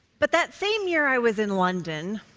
but that same year i was in london,